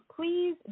please